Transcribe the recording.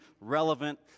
relevant